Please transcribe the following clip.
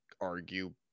argue